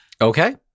okay